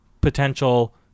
potential